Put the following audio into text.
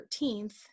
13th